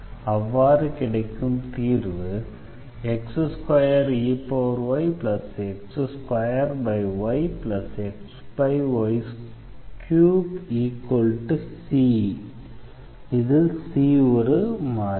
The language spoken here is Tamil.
அவ்வாறு கிடைக்கும் தீர்வு x2eyx2yxy3c இதில் c ஒரு மாறிலி